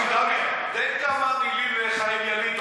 תן כמה מילים לחיים ילין,